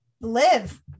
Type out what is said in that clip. live